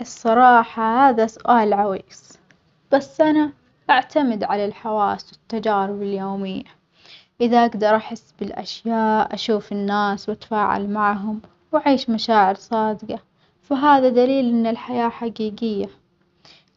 الصراحة هذا سؤال عويص، بس أنا أعتمد على الحواس والتجارب اليومية، إذا أجدر أحس بالأشياء أشوف الناس وأتفاعل معهم وأعيش مشاعر صادجة، وهذا دليل إن الحياة حجيجية،